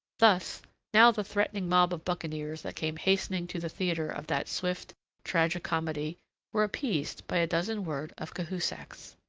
thus now the threatening mob of buccaneers that came hastening to the theatre of that swift tragi-comedy were appeased by a dozen words of cahusac's.